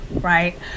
right